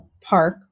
Park